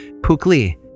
Pukli